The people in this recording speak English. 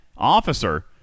officer